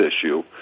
issue